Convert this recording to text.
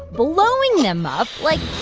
blowing them up like